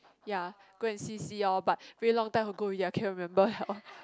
ya go and see see all but very long time ago ya cannot remember [liao]